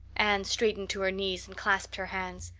anne straightened to her knees and clasped her hands.